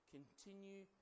Continue